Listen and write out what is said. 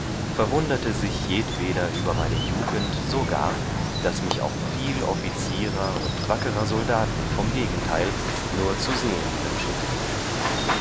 verwunderte sich jedweder über meine jugend so gar daß mich auch viel offizierer und wackerer soldaten vom gegenteil nur zu sehen